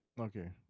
Okay